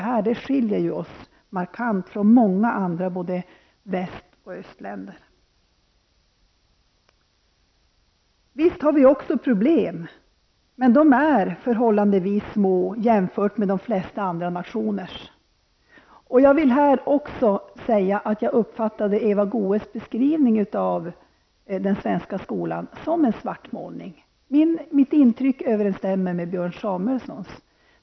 Här skiljer vi oss markant från många andra väst och östländer. Visst har vi också problem, men de är förhållandevis små jämfört med de flesta andra nationers. Jag vill här också säga att jag uppfattade Eva Goe s beskrivning av den svenska skolan som en svartmålning. Mitt intryck överensstämmer med Björn Samuelsons.